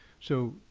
so,